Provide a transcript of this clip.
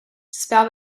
spell